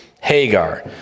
Hagar